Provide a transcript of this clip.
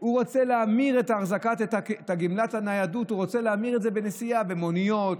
והוא רוצה להמיר את גמלת הניידות בנסיעה במוניות,